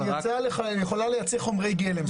היא יכולה לייצא חומרי גלם.